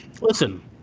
Listen